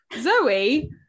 zoe